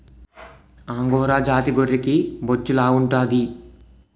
angora జాతి గొర్రెకి బొచ్చు లావుంటాది